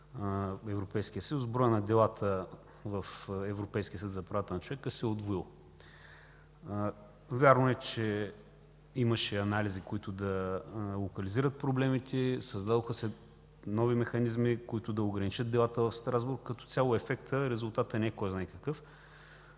Европейския съюз броят на делата в Европейския съд за правата на човека се е удвоил. Вярно е, че имаше анализи, които да локализират проблемите. Създадоха се нови механизми, които да ограничат делата в Страсбург. Като цяло ефектът не е кой знае какъв.